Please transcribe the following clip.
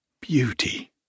Beauty